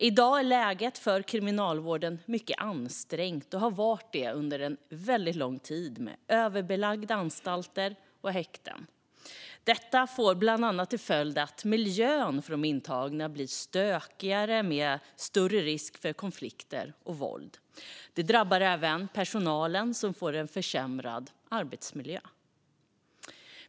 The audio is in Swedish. I dag är läget för kriminalvården mycket ansträngt. Så har det varit under en väldigt lång tid med överbelagda anstalter och häkten. Detta får bland annat till följd att miljön för de intagna blir stökigare, med större risk för konflikter och våld. Det drabbar även personalen, som får en försämrad arbetsmiljö.